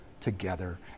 together